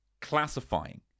classifying